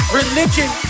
religion